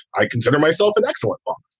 i consider myself an excellent fool.